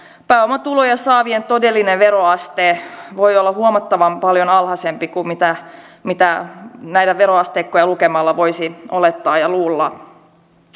pääomatuloja saavien todellinen veroaste voi olla huomattavan paljon alhaisempi kuin mitä mitä näitä veroasteikkoja lukemalla voisi olettaa ja luulla